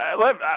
let